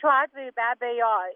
šiuo atveju be abejo